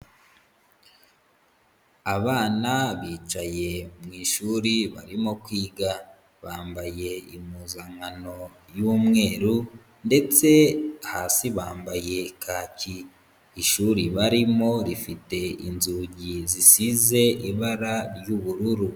Abana bicaye mu ishuri barimo kwiga, bambaye impuzankano y'umweru ndetse hasi bambaye kaki, ishuri barimo rifite inzugi zisize ibara ry'ubururu.